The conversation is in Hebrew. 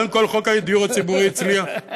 לא, אני, קודם כול, חוק הדיור הציבורי הצליח.